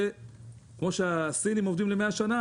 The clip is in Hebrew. וכמו שהסינים עובדים ל-100 שנה,